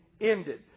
ended